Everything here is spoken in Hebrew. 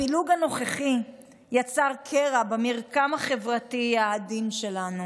הפילוג הנוכחי יצר קרע במרקם החברתי העדין שלנו.